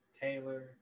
Taylor